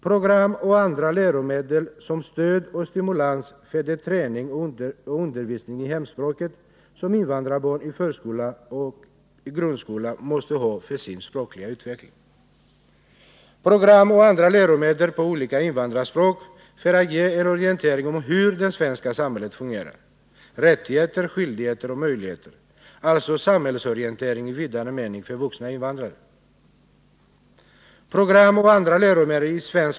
Program och andra läromedel som stöd och stimulans för den träning 13 mars 1980 och undervisning i hemspråk som invandrarbarn i förskola och grundskola måste ha för sin språkliga utveckling. 2. Program och andra läromedel på olika invandrarspråk för att ge en orientering om hur det svenska samhället fungerar: rättigheter, skyldigheter och möjligheter — alltså samhällsorientering i vidaste mening för vuxna invandrare. 4.